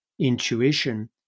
intuition